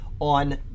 on